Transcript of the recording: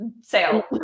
sale